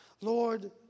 Lord